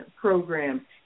program